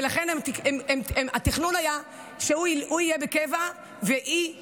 ולכן התכנון היה שהוא יהיה בקבע והיא תלמד,